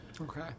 Okay